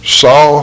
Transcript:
saw